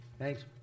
Thanks